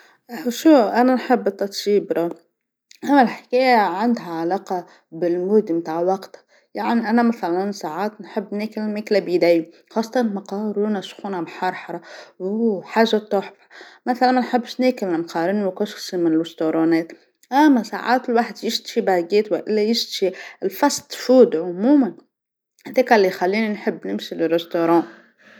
شوف، أنا نحب التطييب برا، الحكايه عندها علاقه بطبيعة متاع الوقت، يعني أنا مثلا ساعات نحب ناكل ماكله بيدي، خاصة ماقارونه سخونه محرحره حاجه تحفه، مثلا ما نحبش ناكل المقارن والكسكس من الريسطورونات، أما ساعات الواحد يشتهي رغيف وإلا يشتهي الأكل السريع عموما، هذاكا اللي يخليني نحب نمشي للمطعم.